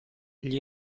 gli